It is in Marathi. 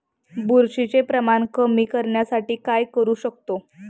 बुरशीचे प्रमाण कमी करण्यासाठी काय करू शकतो?